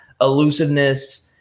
elusiveness